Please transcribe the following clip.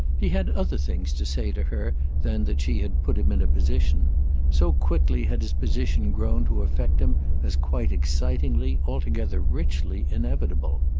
he had other things to say to her than that she had put him in a position so quickly had his position grown to affect him as quite excitingly, altogether richly, inevitable.